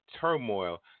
turmoil